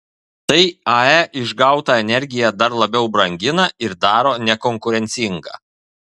tai ae išgautą energiją dar labiau brangina ir daro nekonkurencingą